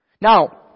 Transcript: Now